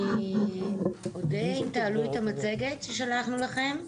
אני אודה אם תעלו את המצגת ששלחנו לכם.